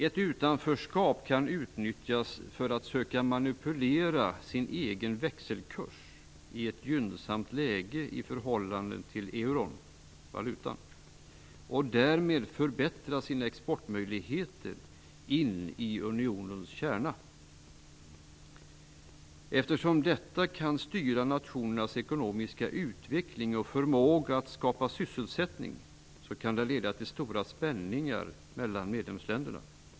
Ett utanförskap kan utnyttjas för att söka manipulera sin egen växelkurs i ett gynnsamt läge i förhållande till euron, valutan, och därmed förbättra sina exportmöjligheter in i unionens kärna. Eftersom detta kan styra nationernas ekonomiska utveckling och förmåga att skapa sysselsättning kan det leda till stora spänningar mellan medlemsländerna.